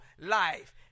life